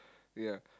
ya